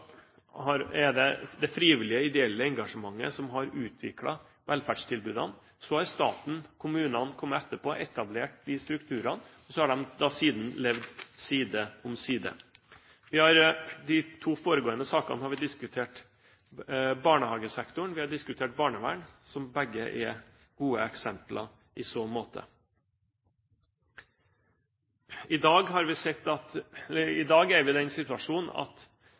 har utviklet velferdstilbudene. Så har staten og kommunene kommet etterpå og etablert strukturene, og så har de da siden levd side om side. Vi har i de to foregående sakene diskutert barnehagesektoren og barnevernet – som begge er gode eksempler i så måte. I dag er vi i den situasjon at